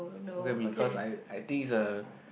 Hokkien Mee cause I I think is a